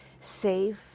safe